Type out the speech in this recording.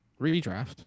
redraft